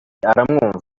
aramwumva